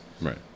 Right